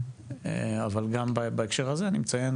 אבל גם בהקשר הזה אני מציין